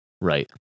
Right